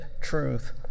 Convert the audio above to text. truth